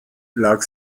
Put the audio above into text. lag